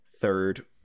third